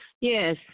Yes